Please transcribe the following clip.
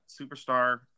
superstar